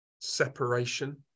separation